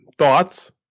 Thoughts